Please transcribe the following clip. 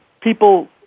people